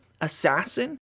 Assassin